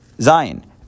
Zion